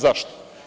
Zašto?